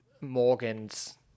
Morgan's